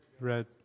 Red